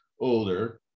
older